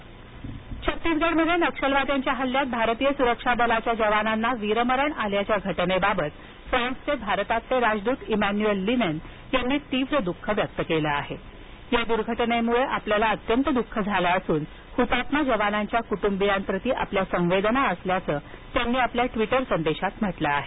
दःख व्यक्त छत्तीसगढमध्ये नक्षलवाद्यांच्या हल्ल्यात भारतीय सुरक्षा दलाच्या जवानांना वीरमरण आल्याच्या घटनेबाबत फ्रान्सचे भारतातील राजदूत इमॅन्युएल लिनेन यांनी तीव्र द्ःख व्यक्त केलं आहेया दुर्घटनेबाबत आपल्यालाअत्यंत दुःख झालं असून हुतात्मा जवानांच्या कुटुंबियांप्रती आपल्या संवेदना असल्याचं त्यांनी आपल्या ट्वीटर संदेशात म्हटलं आहे